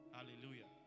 Hallelujah